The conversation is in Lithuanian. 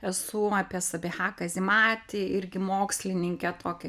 esu apie sabiha kazimati irgi mokslininkę tokią